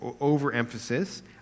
overemphasis